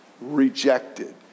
rejected